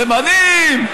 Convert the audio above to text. ימנים,